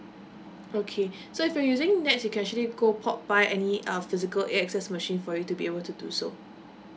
okay so if you're using NETS you can actually go pop by any of our physical A_X_S machine for you to be able to do so